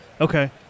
Okay